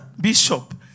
bishop